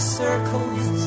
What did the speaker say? circles